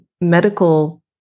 medical